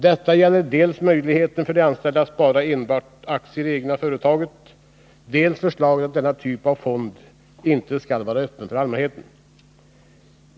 Detta gäller dels möjligheten för de anställda att spara enbart aktier i det egna företaget, dels förslaget att denna typ av fond inte skall vara öppen för allmänheten.